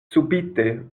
subite